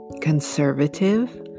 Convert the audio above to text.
Conservative